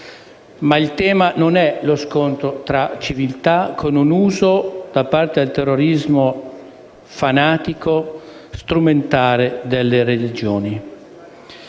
ma il tema non è lo scontro tra civiltà, con un uso, da parte del terrorismo, fanatico, strumentale delle religioni.